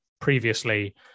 previously